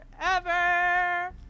forever